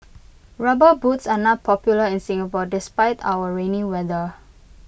rubber boots are not popular in Singapore despite our rainy weather